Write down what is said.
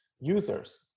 users